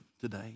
today